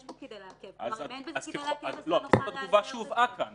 בו כדי לעכב --- זאת התגובה שהובאה כאן